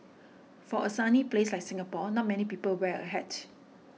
for a sunny place like Singapore not many people wear a hat